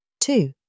Two